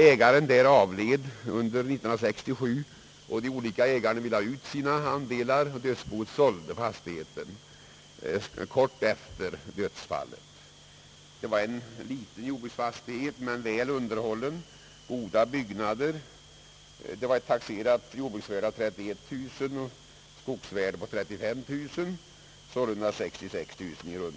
Ägaren avled under år 1967, och dödsbodelägarna ville få ut sina andelar. Dödsboet sålde fastigheten kort tid efter dödsfallet. Det var en liten men väl underhållen jordbruksfastighet, med bra byggnader. Den hade ett taxerat jordbruksvärde av 31000 kronor och ett skogsvärde av 35 000 kronor, sålunda tillsammans 66 000 kronor.